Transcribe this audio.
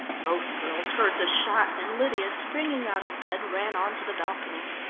both girls heard the shot, and lydia, springing out of bed, ran on to the balcony.